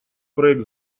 проект